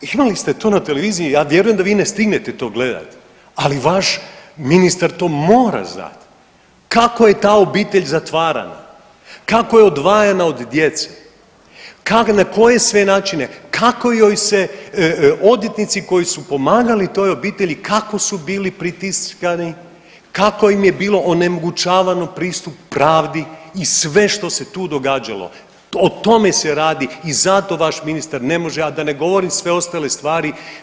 Imali ste to na televiziji, ja vjerujem da vi ne stignete to gledat, ali vaš ministar to mora znat kako je ta obitelj zatvarana, kako je odvajana od djece, na koje sve načine kako joj se odvjetnici koji su pomagali toj obitelji kako su bili pritiskani, kako im je bilo onemogućavamo pristup pravdi i sve što se tu događalo o tome se radi i zato vaš ministar ne može, a da ne govorim sve ostale stvari.